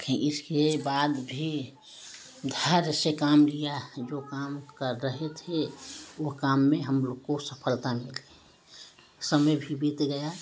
इस के बाद भी धैर्य से काम लिया जो काम कर रहे थे उ काम में हम लोग को सफलता मिल गई समय भी बीत गया